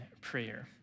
prayer